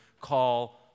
call